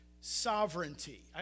sovereignty